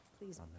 Please